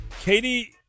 Katie